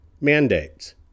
mandates